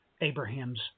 Abraham's